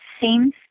seems